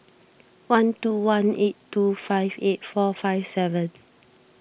one two one eight two five eight four five seven